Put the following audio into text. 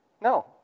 No